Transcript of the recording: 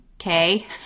okay